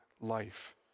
life